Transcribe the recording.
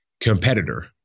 competitor